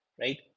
right